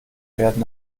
werden